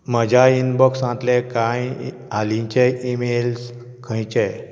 म्हज्या इनबॉक्सांतले कांय हालींचे ईमेल्स खंयचें